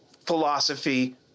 philosophy